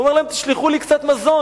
הוא אומר להם: תשלחו לי קצת מזון.